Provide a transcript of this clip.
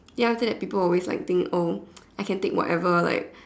then after that people will always like think oh I can take whatever like